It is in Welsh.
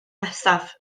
nesaf